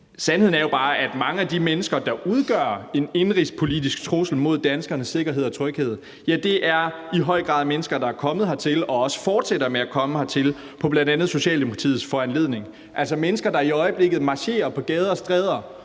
Sandheden er jo bare, at mange af de mennesker, der udgør en indenrigspolitisk trussel mod danskernes sikkerhed og tryghed, i høj grad er mennesker, der er kommet hertil og også fortsætter med at komme hertil på bl.a. Socialdemokratiets foranledning. Det er mennesker, der i øjeblikket marcherer på gader og stræder